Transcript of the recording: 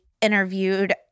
interviewed